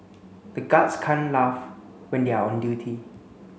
the guards can't laugh when they are on duty